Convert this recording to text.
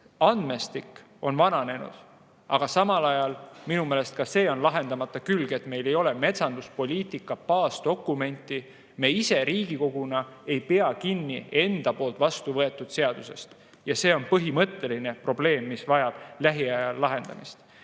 andmestik on vananenud, aga samal ajal on minu meelest lahendamata ka see, et meil ei ole metsanduspoliitika baasdokumenti, me ise Riigikoguna ei pea kinni enda vastuvõetud seadusest. See on põhimõtteline probleem, mis vajab lähiajal lahendamist.